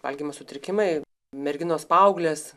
valgymo sutrikimai merginos paauglės